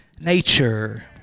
nature